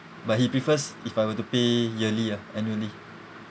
but he prefers if I were to pay yearly ah annually